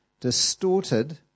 distorted